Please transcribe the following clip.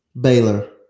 Baylor